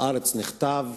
בארץ נכתב: